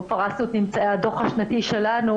בו פרסנו את ממצאי הדו"ח השנתי שלנו